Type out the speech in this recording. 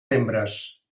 membres